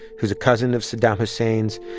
who's a cousin of saddam hussein's.